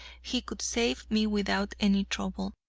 he could save me without any trouble.